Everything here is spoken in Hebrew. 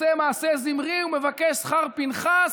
עושה מעשה זמרי ומבקש שכר כפינחס,